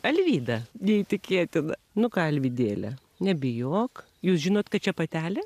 alvyda neįtikėtina nu ką alvydėle nebijok jūs žinot kad čia patelė